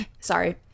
Sorry